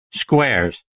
squares